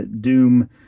Doom